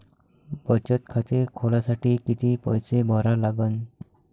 बचत खाते खोलासाठी किती पैसे भरा लागन?